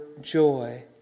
joy